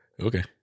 okay